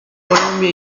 colombia